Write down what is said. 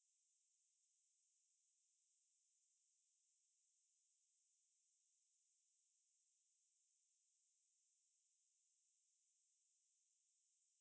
exactly exactly like just say you didn't listen and go bro